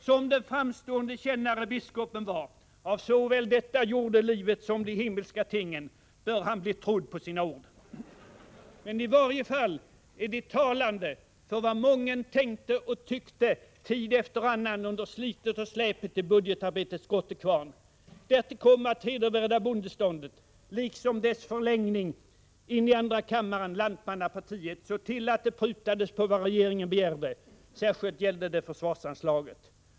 Som den framstående kännare han var av såväl detta jordelivet som de himmelska tingen bör biskopen bli trodd på sina ord. I varje fall är de talande för vad mången tänkte och tyckte tid efter annan under slitet och släpet och knoget i budgetarbetets grottekvarn. Därtill kom att hedervärda bondeståndet, liksom dess förlängning in i andra kammaren, lantmannapartiet, såg till att det prutades på vad regeringen begärde. Särskilt gällde det försvarsanslagen.